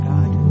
God